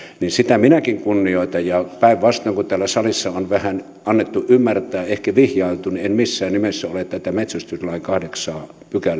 minäkin kunnioitan ja päinvastoin kuin täällä salissa on vähän annettu ymmärtää ehkä vihjailtu en missään nimessä ole tätä metsästyslain kahdeksatta pykälää